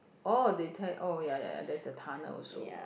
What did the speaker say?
oh they tear oh ya ya ya there's a tunnel also